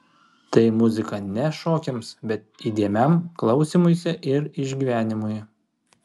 tai muzika ne šokiams bet įdėmiam klausymuisi ir išgyvenimui